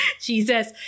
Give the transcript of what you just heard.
Jesus